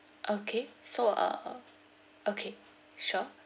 okay so uh okay sure